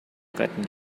retten